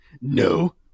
No